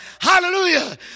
Hallelujah